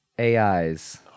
AIs